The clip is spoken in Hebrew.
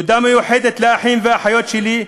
תודה מיוחדת לאחים ולאחיות שלי,